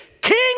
king